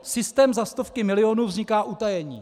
Systém za stovky milionů vzniká v utajení.